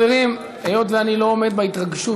חברים, היות שאני לא עומד בהתרגשות